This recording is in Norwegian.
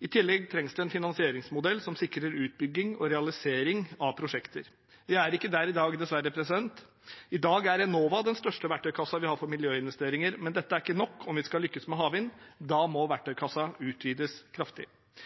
I tillegg trengs det en finansieringsmodell som sikrer utbygging og realisering av prosjekter. Vi er ikke der i dag, dessverre. I dag er Enova den største verktøykassen vi har for miljøinvesteringer, men dette er ikke nok om vi skal lykkes med havvind. Da må verktøykassen utvides kraftig.